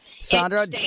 Sandra